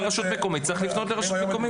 באחריות רשות מקומית אז צריך לפנות לרשות המקומית.